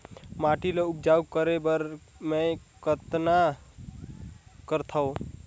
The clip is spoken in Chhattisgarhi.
माटी ल उपजाऊ करे बर मै कतना करथव?